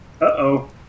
Uh-oh